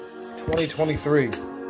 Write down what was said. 2023